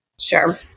Sure